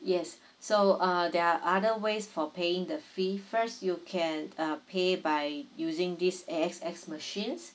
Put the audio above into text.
yes so uh there are other ways for paying the fee first you can uh pay by using this A_X_S machines